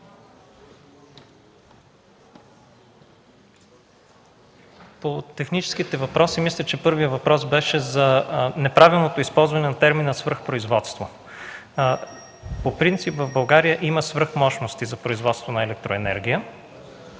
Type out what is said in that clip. По техническите въпроси мисля, че първият въпрос беше за неправилното използване на термина „свръхпроизводство”. По принцип в България има свръхмощности за производство на електроенергия.